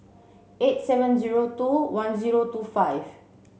eight seven zero two one zero two five